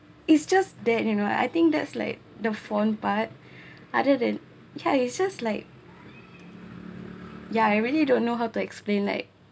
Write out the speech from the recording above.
it's just that you know I think that's like the phone but other than ya it just like ya I really don't know how to explain like